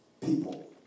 people